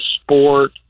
sport